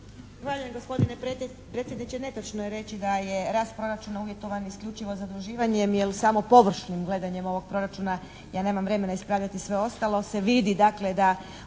Zahvaljujem gospodine predsjedniče. Netočno je reći da je rast proračuna uvjetovan isključivo zaduživanjem jer samo površnim gledanjem ovog Proračuna, ja nemam vremena ispravljati sve ostalo, se vidi dakle da